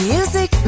Music